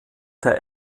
der